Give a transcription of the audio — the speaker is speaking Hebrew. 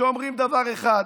שאומרים דבר אחד.